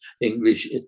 English